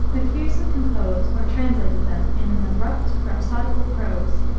macpherson composed or translated them in an abrupt, rhapsodical prose,